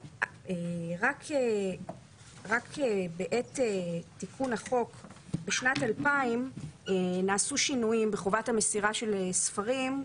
רק בעת תיקון החוק בשנת 2000 נעשו שינויים בחובת המסירה של ספרים,